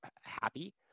happy